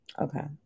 Okay